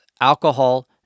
alcohol